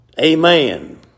Amen